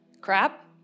Crap